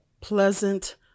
pleasant